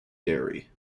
dairy